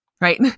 right